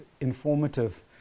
informative